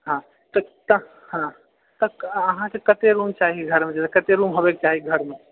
हँ तऽ हँ अहाँकेँ कते रूम चाही घरमे कते रूम होबएके चाही घरमे